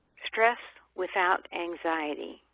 stress without anxiety.